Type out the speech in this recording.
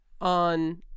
on